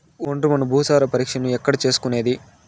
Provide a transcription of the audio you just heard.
ఒండ్రు మన్ను భూసారం పరీక్షను ఎక్కడ చేసుకునేది?